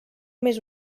més